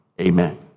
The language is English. amen